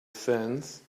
sands